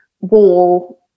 wall